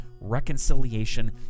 reconciliation